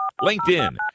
LinkedIn